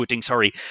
sorry